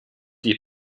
die